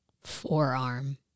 Forearm